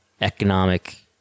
economic